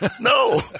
No